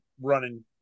running